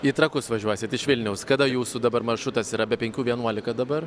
į trakus važiuosit iš vilniaus kada jūsų dabar maršrutas yra be penkių vienuolika dabar